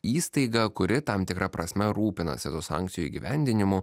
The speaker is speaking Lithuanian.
įstaiga kuri tam tikra prasme rūpinasi tų sankcijų įgyvendinimu